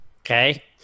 Okay